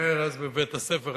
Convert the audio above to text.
אומר: "אז בבית הספר,